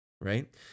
right